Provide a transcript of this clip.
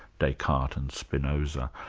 descartes and spinoza.